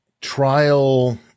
trial